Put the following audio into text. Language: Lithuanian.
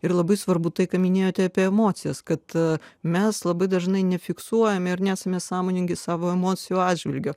ir labai svarbu tai ką minėjote apie emocijas kad mes labai dažnai nefiksuojami ir nesame sąmoningi savo emocijų atžvilgiu